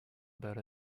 about